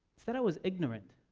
it's that i was ignorant.